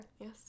Yes